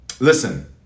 Listen